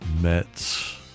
Mets